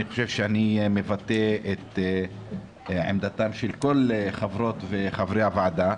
אני חושב שאני מבטא את עמדתם של כל חברות וחברי הוועדה,